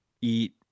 eat